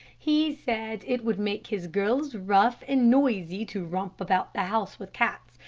he said it would make his girls rough and noisy to romp about the house with cats,